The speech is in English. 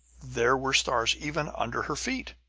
there were stars even under her feet!